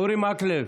אורי מקלב,